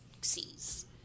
sees